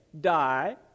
die